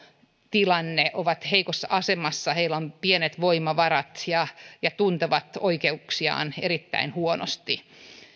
tilanne jotka ovat heikossa asemassa joilla on pienet voimavarat ja jotka tuntevat oikeuksiaan erittäin huonosti